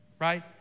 Right